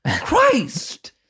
Christ